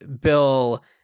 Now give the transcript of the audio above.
Bill